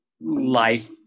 life